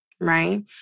right